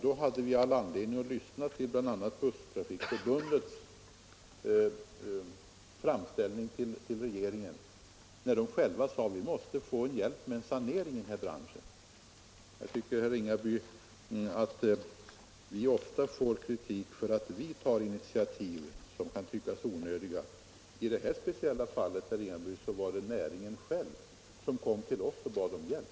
Då hade vi all anledning att lyssna på bl.a. Busstrafikförbundets framställning till regeringen, där man själv sade att man måste få hjälp med sanering i branschen. Vi får ofta kritik för att vi tar initiativ som kan tyckas onödiga. I detta speciella fall, herr Ringaby, var det näringen själv som kom till oss för att få hjälp.